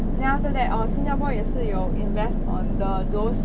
then after that err 新加坡也是有 invest on the those